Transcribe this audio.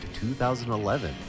2011